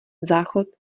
záchod